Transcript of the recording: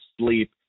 sleep